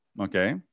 okay